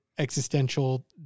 Existential